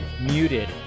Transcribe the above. Muted